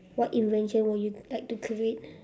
what invention would you like to create